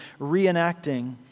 reenacting